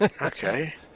Okay